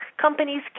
companies